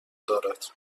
دارد